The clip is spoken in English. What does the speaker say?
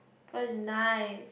cause its nice